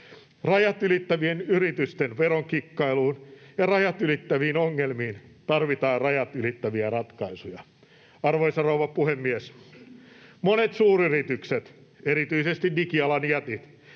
Rajat ylittävien yritysten verokikkailuun ja rajat ylittäviin ongelmiin tarvitaan rajat ylittäviä ratkaisuja. Arvoisa rouva puhemies! Monet suuryritykset, erityisesti digialan jätit,